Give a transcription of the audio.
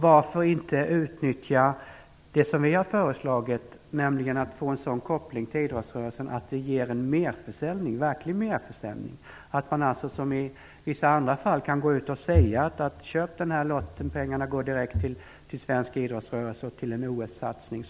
Varför inte utnyttja det som Folkpartiet har föreslagit, nämligen att ordna en sådan koppling till idrottsrörelsen att detta ger en verklig merförsäljning? Man bör, som i vissa andra fall, kunna gå ut och säga: "Köp den här lotten, si och så mycket av pengarna går direkt till svensk idrottsrörelse och till en OS-satsning".